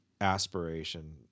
aspiration